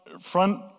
front